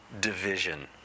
division